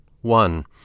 One